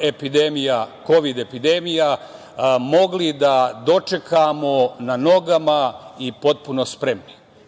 epidemija, Kovid epidemija, mogli da dočekamo na nogama i potpuno spremni. Vlada